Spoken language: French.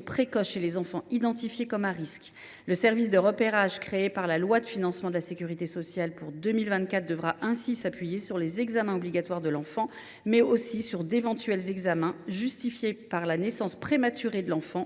précoce chez les enfants identifiés comme à risque. Le service de repérage créé par la loi de financement de la sécurité sociale pour 2024 devra ainsi s’appuyer sur les examens obligatoires de l’enfant, mais aussi sur d’éventuels examens justifiés par une naissance prématurée